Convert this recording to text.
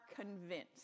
convinced